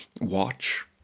watch